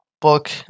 book